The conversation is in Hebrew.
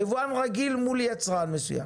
יבואן רגיל מול יצרן מסוים.